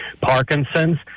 Parkinson's